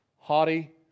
haughty